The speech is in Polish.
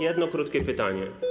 Jedno krótkie pytanie.